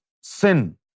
sin